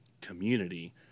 community